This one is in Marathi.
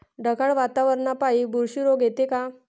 ढगाळ वातावरनापाई बुरशी रोग येते का?